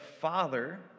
father